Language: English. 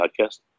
podcast